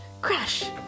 crash